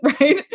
right